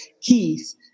Keith